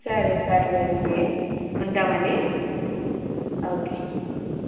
సరే సరే లేండి ఉంటాం అండి ఓకే